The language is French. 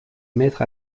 mettre